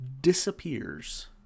disappears